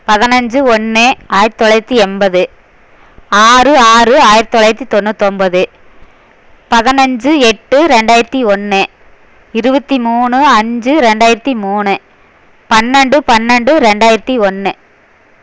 பதினஞ்சு ஒன்று ஆயிரத்தி தொள்ளாயிரத்தி எண்பது ஆறு ஆறு ஆயிரத்தி தொள்ளாயிரத்தி தொண்ணூத்தொன்பது பதினஞ்சு எட்டு ரெண்டாயிரத்தி ஒன்று இருபத்தி மூணு அஞ்சு ரெண்டாயிரத்தி மூணு பன்னெண்டு பன்னெண்டு ரெண்டாயிரத்தி ஒன்று